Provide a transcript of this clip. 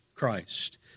Christ